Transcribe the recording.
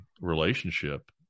Relationship